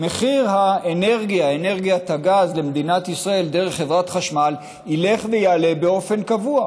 מחיר אנרגיית הגז למדינת ישראל דרך חברת חשמל ילך ויעלה באופן קבוע,